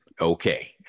okay